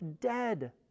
dead